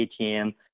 ATM